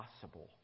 possible